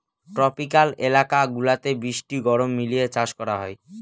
tropical এলাকা গুলাতে বৃষ্টি গরম মিলিয়ে চাষ করা হয়